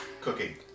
Cooking